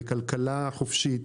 בכלכלה חופשית,